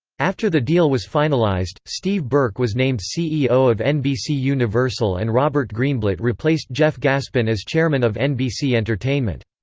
after the deal was finalized, steve burke was named ceo of nbcuniversal and robert greenblatt replaced jeff gaspin as chairman of nbc entertainment.